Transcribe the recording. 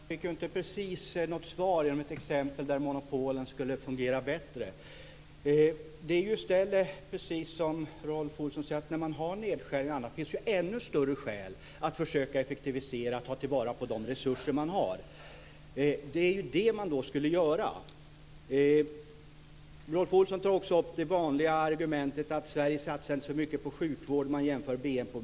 Fru talman! Jag fick inte precis något svar eller något exempel där monopolen skulle fungera bättre. I stället är det så, precis som Rolf Olsson säger, att när man har nedskärningar och annat finns det ännu större skäl att försöka effektivisera och ta till vara de resurser man har. Det är ju det som man skulle göra! Rolf Olsson tar också upp det vanliga argumentet att Sverige inte satsar så mycket på sjukvård om man jämför BNP.